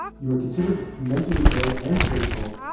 you were considered mentally ill and sinful.